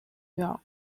york